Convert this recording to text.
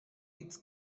its